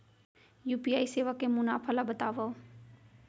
UPI सेवा के मुनाफा ल बतावव?